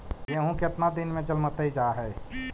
गेहूं केतना दिन में जलमतइ जा है?